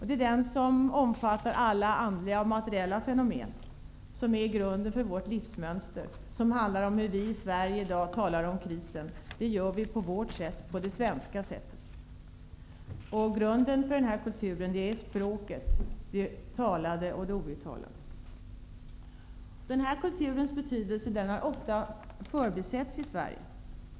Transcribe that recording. Det är den som omfattar alla andliga och materiella fenomen som är grunden för vårt livsmönster, som handlar om hur vi i Sverige i dag talar om krisen. Det gör vi på vårt sätt, på det svenska sättet. Grunden för den här kulturen är språket, det talade och det outtalade. Den kulturens betydelse har ofta förbisetts i Sverige.